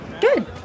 good